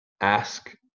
ask